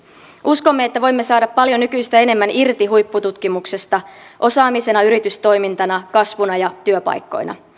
uskomme että voimme saada paljon nykyistä enemmän irti huippututkimuksesta osaamisena yritystoimintana kasvuna ja työpaikkoina